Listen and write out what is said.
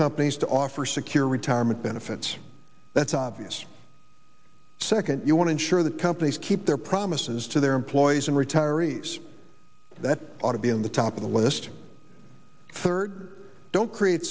companies to offer secure retirement benefits that's obvious second you want to ensure that companies keep their promises to their employees and retirees that ought to be in the top of the list third don't create